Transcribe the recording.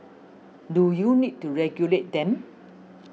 do you need to regulate them